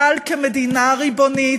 אבל כמדינה ריבונית,